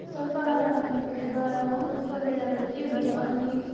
सफा राख्नुपर्छ हो कोही बेला अब के हुन्छ अनि